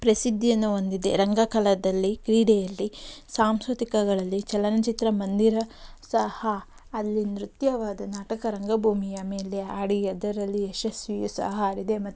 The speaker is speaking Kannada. ಪ್ರಸಿದ್ಧಿಯನ್ನು ಹೊಂದಿದೆ ರಂಗಕಲೆಯಲ್ಲಿ ಕ್ರೀಡೆಯಲ್ಲಿ ಸಾಂಸ್ಕೃತಿಕಗಳಲ್ಲಿ ಚಲನಚಿತ್ರ ಮಂದಿರ ಸಹ ಅಲ್ಲಿ ನೃತ್ಯವಾದ ನಾಟಕ ರಂಗಭೂಮಿಯ ಮೇಲೆ ಆಡಿ ಅದರಲ್ಲಿ ಯಶಸ್ವಿಯೂ ಸಹ ಆಗಿದೆ ಮತ್ತು